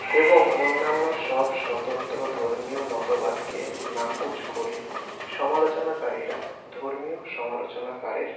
এবং অন্যান্য সব স্বতন্ত্র ধর্মীয় মতবাদকে নাকচ করে সমালোচনাকারীরা ধর্মীয় সমালোচনাকারের